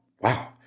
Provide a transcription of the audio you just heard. wow